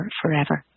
forever